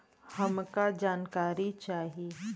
हमका जानकारी चाही?